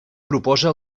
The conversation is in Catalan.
proposa